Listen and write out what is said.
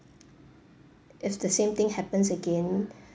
if the same thing happens again